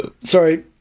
Sorry